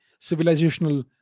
civilizational